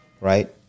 Right